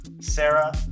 Sarah